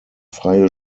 freie